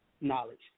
knowledge